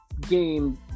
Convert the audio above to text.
game